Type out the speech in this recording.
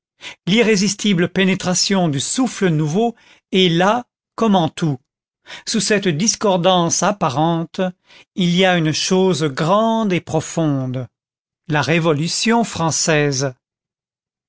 l'irrésistible pénétration du souffle nouveau est là comme en tout sous cette discordance apparente il y a une chose grande et profonde la révolution française